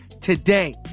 today